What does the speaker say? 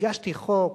הגשתי חוק,